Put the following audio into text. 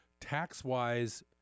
Tax-wise